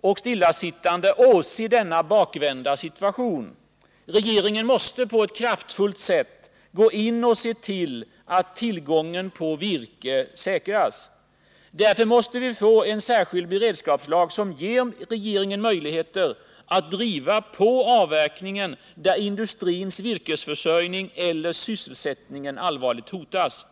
och stillasittande åse denna bakvända situation. Regeringen måste vidta kraftfulla åtgärder och se till att tillgången på virke säkras. Därför måste vi få en särskild beredskapslag, som ger regeringen möjligheter att driva på avverkningen i fall där sysselsättningen eller industrins virkesförsörjning allvarligt hotas.